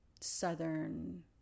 southern